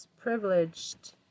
privileged